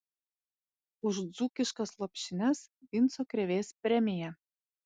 už dzūkiškas lopšines vinco krėvės premija